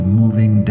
moving